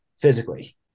physically